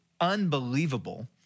unbelievable